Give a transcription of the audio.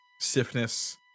stiffness